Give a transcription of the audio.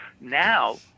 Now